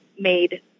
made